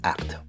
Act